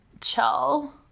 chill